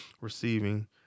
Receiving